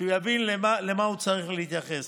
שהוא יבין למה הוא צריך להתייחס.